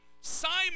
Simon